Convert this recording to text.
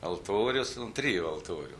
altorius trijų altorių